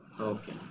Okay